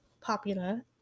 popular